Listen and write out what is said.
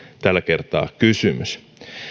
tällä kertaa kysymys